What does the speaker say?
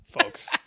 folks